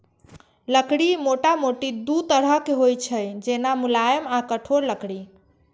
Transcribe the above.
लकड़ी मोटामोटी दू तरहक होइ छै, जेना, मुलायम आ कठोर लकड़ी